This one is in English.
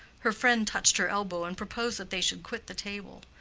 her friend touched her elbow and proposed that they should quit the table.